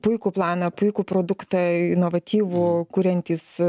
puikų planą puikų produktą inovatyvų kuriantys